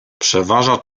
przeważa